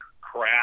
crap